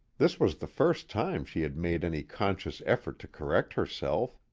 this was the first time she had made any conscious effort to correct herself,